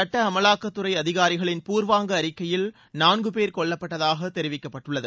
சுட்ட அமலாக்கத்துறை அதிகாரிகளின் பூர்வாங்க அறிக்கையில் நான்கு பேர் கொல்லப்பட்டதாக தெரிவிக்கப்பட்டுள்ளது